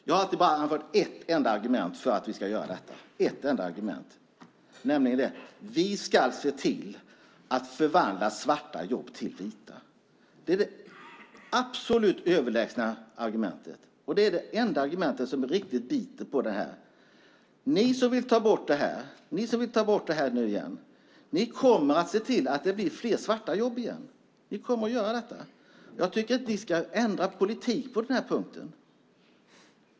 Jag har alltid bara anfört ett enda argument för att vi ska göra detta, nämligen att vi ska se till att förvandla svarta jobb till vita jobb. Det är det absolut överlägsna argumentet. Det är det enda argumentet som riktigt biter på detta. Ni som vill ta bort detta kommer att se till att det blir fler svarta jobb igen. Ni kommer att göra det. Jag tycker att ni ska ändra politik på den här punkten.